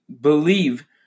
believe